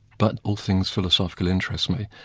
but all things philosophical interest me.